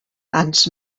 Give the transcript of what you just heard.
ens